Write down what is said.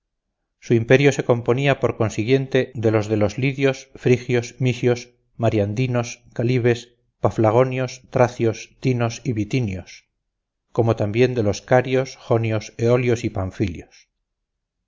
su imperio se componía por consiguiente de los de los lidios frigios misios mariandinos calibes paflagonios tracios tinos y bitinios como también de los carios jonios eolios y panfilios